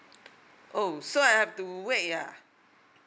oh so I have to wait ah